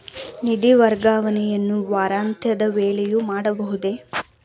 ನಿಧಿ ವರ್ಗಾವಣೆಯನ್ನು ವಾರಾಂತ್ಯದ ವೇಳೆಯೂ ಮಾಡಬಹುದೇ?